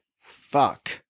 fuck